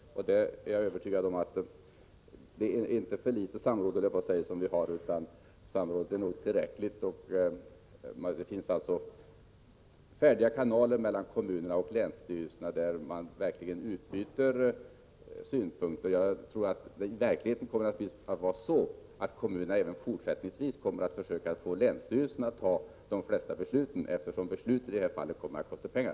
Jag är övertygad om att det inte är för litet samråd vi har, utan samrådet är nog tillräckligt. Det finns alltså färdiga kanaler mellan kommunerna och länsstyrelserna där man verkligen utbyter synpunkter. Jag tror att det i verkligheten kommer att vara så att kommunerna även fortsättningsvis försöker få länsstyrelserna att fatta de flesta besluten, eftersom besluten i det här fallet kommer att kosta pengar.